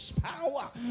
power